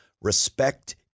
respect